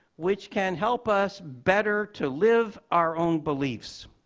which can help us better to live our own beliefs.